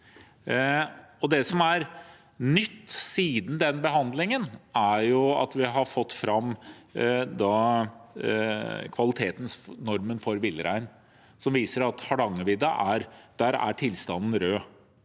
Det som er nytt siden den behandlingen, er at vi har fått fram kvalitetsnormen for villrein, som viser at på Hardangervidda er tilstanden rød.